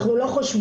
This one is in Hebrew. אנחנו לא חושבים,